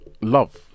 love